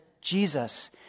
Jesus